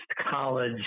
college